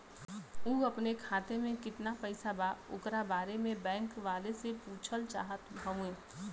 उ अपने खाते में कितना पैसा बा ओकरा बारे में बैंक वालें से पुछल चाहत हवे?